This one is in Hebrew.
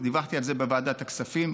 דיווחתי על זה בוועדת הכספים,